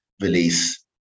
release